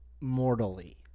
mortally